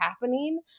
happening